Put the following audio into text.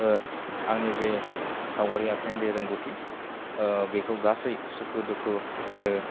आंनि जे सावगारि आखिनायनि जे रोंगौथि बेखौ गासै सुखु दुखु आरो